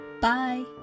Bye